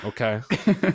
okay